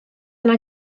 yna